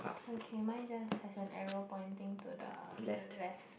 okay mine just has an arrow pointing to the left